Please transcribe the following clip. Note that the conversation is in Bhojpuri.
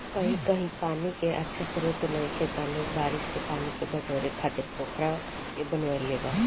कही कही पानी के अच्छा स्त्रोत नइखे त लोग बारिश के पानी के बटोरे खातिर पोखरा के बनवले बा